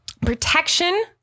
protection